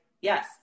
yes